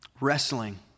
wrestling